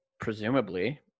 presumably